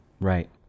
Right